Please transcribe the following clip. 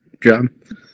job